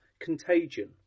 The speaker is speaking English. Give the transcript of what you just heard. Contagion